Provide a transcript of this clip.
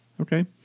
Okay